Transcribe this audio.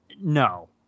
No